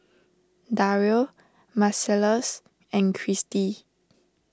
Dario Marcellus and Christy